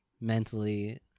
mentally